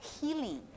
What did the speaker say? healing